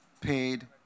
paid